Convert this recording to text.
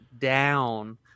down